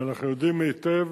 אנחנו יודעים היטב